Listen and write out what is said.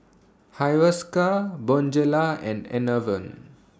Hiruscar Bonjela and Enervon